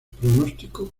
pronóstico